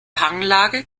hanglage